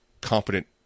competent